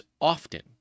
often